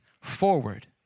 forward